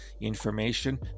information